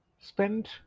spent